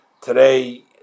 today